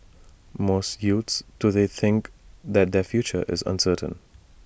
most youths today think that their future is uncertain